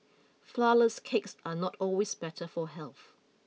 flourless cakes are not always better for health